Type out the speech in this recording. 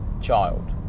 child